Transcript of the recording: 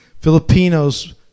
Filipinos